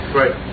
right